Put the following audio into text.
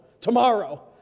tomorrow